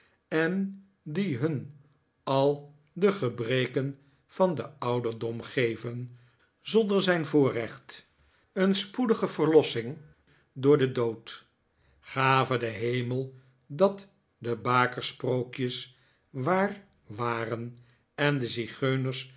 en die hun al de gebrekeri van den ouderdom geven zonder zijn voorrecht een spoedige verlossing door den dood gave de hemel dat de bakersprookjes waar waren en de zigeuners